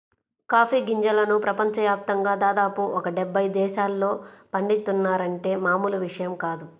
coffee గింజలను ప్రపంచ యాప్తంగా దాదాపు ఒక డెబ్బై దేశాల్లో పండిత్తున్నారంటే మామూలు విషయం కాదు